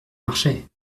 marchait